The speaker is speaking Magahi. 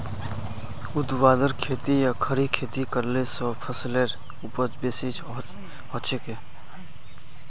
ऊर्ध्वाधर खेती या खड़ी खेती करले स फसलेर उपज बेसी हछेक